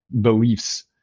beliefs